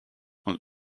und